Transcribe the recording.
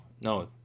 no